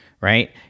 right